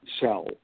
cell